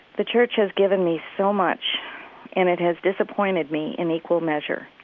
the church has given me so much and it has disappointed me in equal measure.